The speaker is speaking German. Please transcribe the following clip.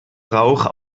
rauch